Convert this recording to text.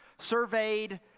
surveyed